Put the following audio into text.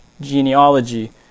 genealogy